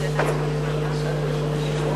את נאומו.